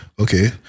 Okay